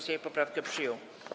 Sejm poprawkę przyjął.